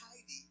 tidy